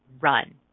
run